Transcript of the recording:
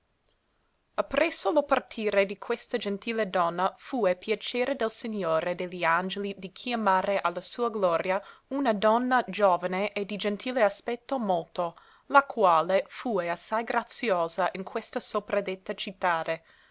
a ppresso lo partire di questa gentile donna fue piacere del segnore de li angeli di chiamare a la sua gloria una donna giovane e di gentile aspetto molto la quale fue assai graziosa in questa sopradetta cittade